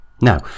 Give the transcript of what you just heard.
now